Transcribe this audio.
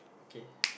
okay